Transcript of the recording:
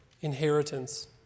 inheritance